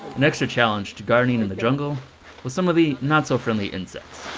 an extra challenge to gardening in the jungle was some of the not so friendly insects